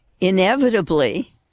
inevitably